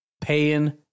paying